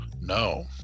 no